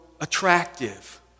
attractive